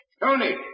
Tony